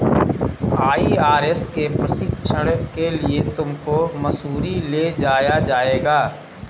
IRS के प्रशिक्षण के लिए तुमको मसूरी ले जाया जाएगा